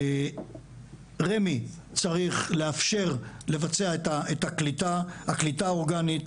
רמ"י צריך לאפשר לבצע את הקליטה האורגנית,